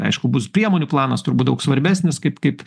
aišku bus priemonių planas turbūt daug svarbesnis kaip kaip